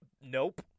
Nope